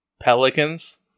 Pelicans